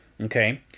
okay